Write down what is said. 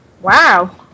Wow